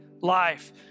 life